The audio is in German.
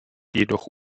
jedoch